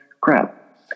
crap